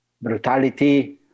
brutality